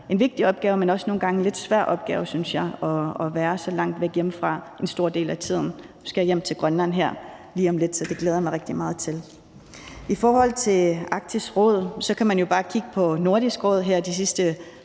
en vigtig opgave, men nogle gange også en lidt svær opgave, synes jeg, at være så langt væk hjemmefra en stor del af tiden. Nu skal jeg hjem til Grønland her lige om lidt, så det glæder jeg mig rigtig meget til. I forhold til Arktisk Råd kan man jo bare kigge på Nordisk Råd her de sidste